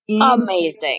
amazing